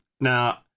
Now